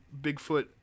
Bigfoot